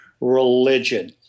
religion